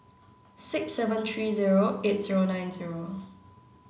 six seven three zero eight zero nine zero